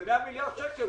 ב-100 מיליארד שקל.